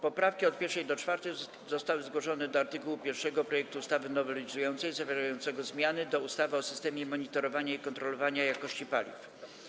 Poprawki od 1. do 4. zostały zgłoszone do art. 1 projektu ustawy nowelizującej zawierającego zmiany do ustawy o systemie monitorowania i kontrolowania jakości paliw.